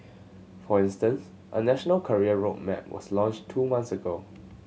for instance a national career road map was launched two months ago